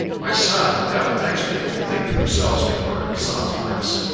my son, the devil makes people think themselves converted, sometimes.